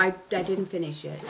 if i didn't finish it